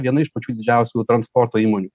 viena iš pačių didžiausių transporto įmonių